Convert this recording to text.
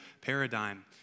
paradigm